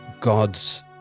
God's